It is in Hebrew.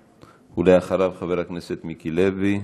ואחריו, חבר הכנסת מיקי לוי.